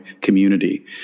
community